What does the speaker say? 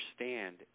understand